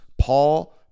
Paul